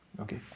Okay